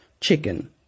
chicken